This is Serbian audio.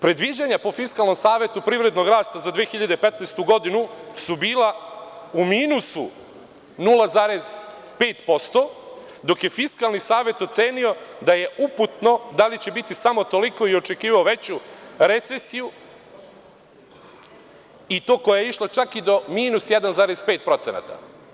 Predviđanja po Fiskalnom savetu privrednog rasta za 2015. godinu su bila u minusu 0,5%, dok je Fiskalni savet ocenio da je uputno da li će biti samo toliko i očekivao veću recesiju i to koja je išla čak i do minus 1,5%